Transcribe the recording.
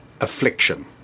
affliction